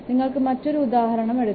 നിങ്ങൾക്ക് മറ്റൊരു ഉദാഹരണം എടുക്കാം